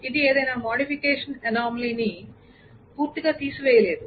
ఇది ఏదైనా modification anomalies ని పూర్తిగా తీసివెయ్యలేదు